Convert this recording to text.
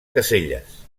caselles